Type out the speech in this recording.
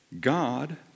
God